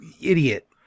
idiot